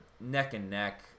neck-and-neck